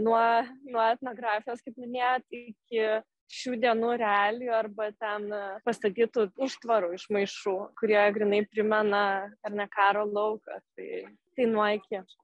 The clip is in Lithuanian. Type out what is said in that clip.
nuo nuo etnografijos kaip minėjot iki šių dienų realijų arba ten pastatytų užtvarų iš maišų kurie grynai primena ar ne karo lauką tai tai nuo iki